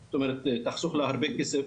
היא תחסוך בהמשך הרבה כסף